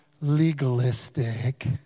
legalistic